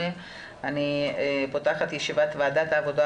השעה 11:08. אני פותחת את ישיבת ועדת העבודה,